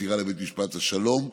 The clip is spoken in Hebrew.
עתירה לבית משפט השלום.